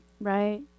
Right